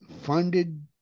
funded